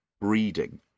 breeding